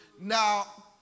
Now